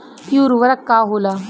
इ उर्वरक का होला?